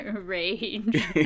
Rage